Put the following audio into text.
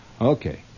Okay